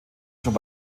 schon